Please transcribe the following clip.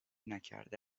نکرده